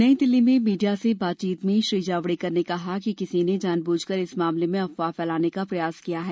नई दिल्ली में मीडिया से बातचीत में श्री जावड़ेकर ने कहा कि किसी ने जानबूझ कर इस मामले में अफवाह फैलाने का प्रयास किया है